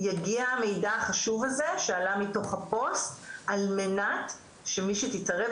יגיע המידע החשוב שעלה מתוך הפוסט על מנת שמי שיתערב,